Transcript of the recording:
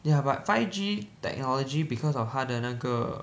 ya but five G technology because of 它的那个